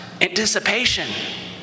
anticipation